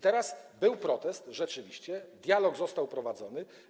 Teraz był protest, rzeczywiście, dialog był prowadzony.